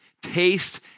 taste